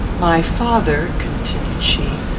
my father, continued she,